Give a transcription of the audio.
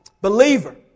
believer